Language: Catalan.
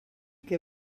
que